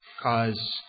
cause